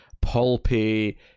pulpy